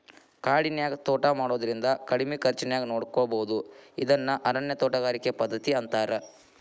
ಕಾಡಿನ್ಯಾಗ ತೋಟಾ ಮಾಡೋದ್ರಿಂದ ಕಡಿಮಿ ಖರ್ಚಾನ್ಯಾಗ ನೋಡ್ಕೋಬೋದು ಇದನ್ನ ಅರಣ್ಯ ತೋಟಗಾರಿಕೆ ಪದ್ಧತಿ ಅಂತಾರ